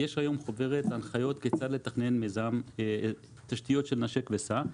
יש היום חוברת הנחיות כיצד לתכנן מיזם תשתיות של 'נשק וסע'.